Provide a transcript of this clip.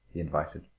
he invited.